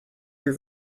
your